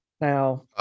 now